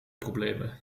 problemen